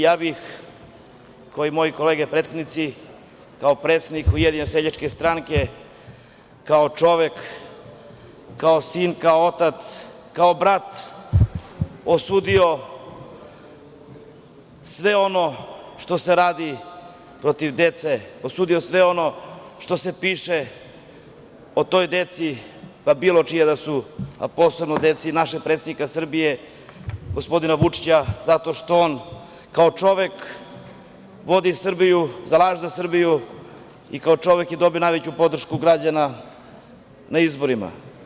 Ja bih, kao i moje kolege prethodnici, kao predsednik Ujedinjene seljačke stranke, kao čovek, kao sin, kao otac, kao brat, osudio sve ono što se radi protiv dece, osudio sve ono što se piše o toj deci, pa bilo čija da su, a posebno deci našeg predsednika Srbije gospodina Vučića, zato što on kao čovek vodi Srbiju, zalaže se za Srbiju i kao čovek je dobio najveću podršku građana na izborima.